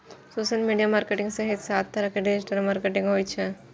social media marketing सहित सात तरहक डिजिटल मार्केटिंग होइ छै